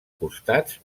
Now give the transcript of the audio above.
costats